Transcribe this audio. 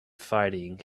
fighting